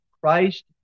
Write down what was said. Christ